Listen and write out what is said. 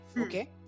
okay